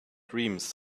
dreams